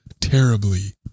terribly